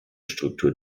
struktur